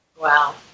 Wow